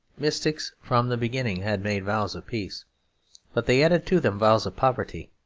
mystics from the beginning had made vows of peace but they added to them vows of poverty.